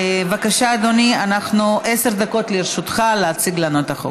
בבקשה, אדוני, עשר דקות לרשותך להציג לנו את החוק.